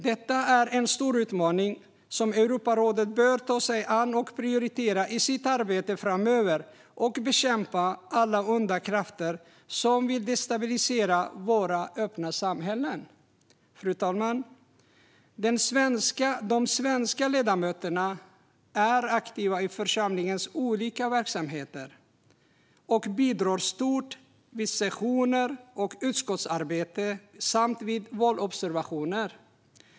Detta är en stor utmaning som Europarådet bör ta sig an och prioritera i sitt arbete framöver för att bekämpa alla onda krafter som vill destabilisera våra öppna samhällen. Fru talman! De svenska ledamöterna är aktiva i församlingens olika verksamheter och bidrar stort vid sessioner och utskottsarbete samt vid valobservationer.